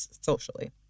socially